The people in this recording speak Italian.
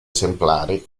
esemplari